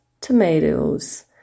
tomatoes